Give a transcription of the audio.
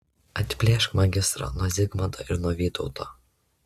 atplėšk magistrą nuo zigmanto ir nuo vytauto